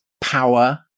power